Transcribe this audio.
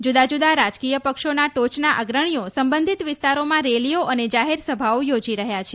જૂદા જૂદાં રાજકીય પક્ષોના ટોચના અગ્રણીઓ સંબંધીત વિસ્તારોમાં રેલીઓ અને જાહેરસભાઓ યોજી રહ્યા છે